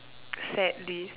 sadly